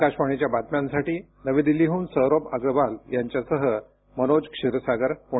आकाशवाणीच्या बातम्यांसाठी नवी दिल्लीहून सौरभ अग्रवाल यांच्यासह मनोज क्षीरसागर पुणे